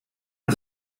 are